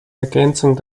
ergänzung